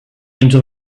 into